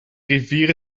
rivier